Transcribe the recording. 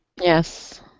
Yes